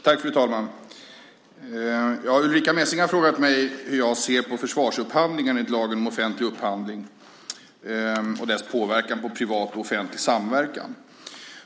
Fru talman! Ulrica Messing har frågat mig hur jag ser på försvarsupphandlingar enligt lagen om offentlig upphandling och dess påverkan på privat och offentlig samverkan.